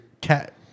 cat